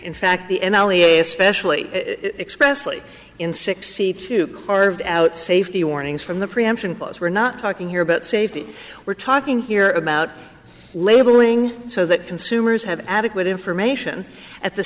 in fact the n l e a especially expressly in sixty to carve out safety warnings from the preemption post we're not talking here about safety we're talking here about labeling so that consumers have adequate information at the